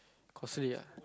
costly ah